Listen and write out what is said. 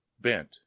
bent